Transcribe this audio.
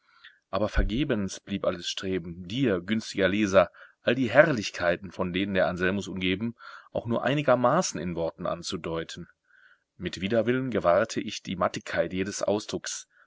aber vergebens blieb alles streben dir günstiger leser all die herrlichkeiten von denen der anselmus umgeben auch nur einigermaßen in worten anzudeuten mit widerwillen gewahrte ich die mattigkeit jedes ausdrucks